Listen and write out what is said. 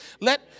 let